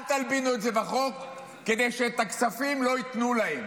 אל תלבינו את זה בחוק כדי שאת הכספים לא ייתנו להם.